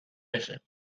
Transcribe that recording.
بشه